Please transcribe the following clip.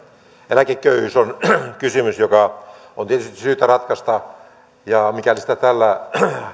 eläkeköyhyys on kysymys joka on tietysti syytä ratkaista mikäli sitä tällä